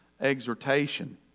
exhortation